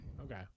Okay